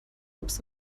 obst